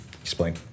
Explain